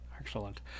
excellent